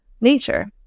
nature